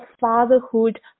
fatherhood